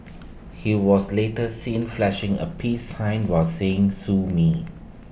he was later seen flashing A peace sign while saying sue me